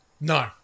No